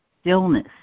stillness